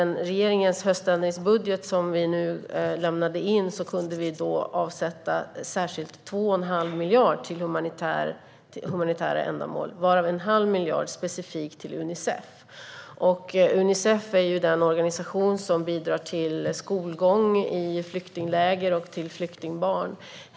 I regeringens höständringsbudget som vi nu lämnat in kunde vi särskilt avsätta 2 1⁄2 miljard till humanitära ändamål, varav en halv miljard specifikt till Unicef. Unicef är den organisation som bidrar till skolgång i flyktingläger och till flyktingbarn.